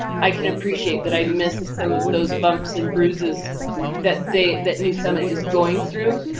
i can appreciate that. i missed some of those bumps and bruises that they that new summit is going through.